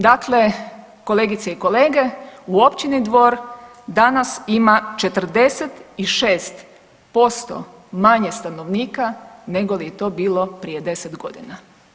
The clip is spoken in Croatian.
Dakle, kolegice i kolege u općini Dvor danas ima 46% manje stanovnika nego li je to bilo prije 10 godina.